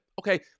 Okay